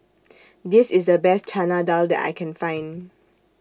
This IS The Best Chana Dal that I Can Find